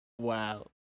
wow